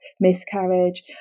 miscarriage